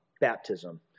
baptism